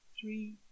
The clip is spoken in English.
three